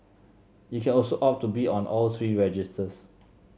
you can also opt to be on all three registers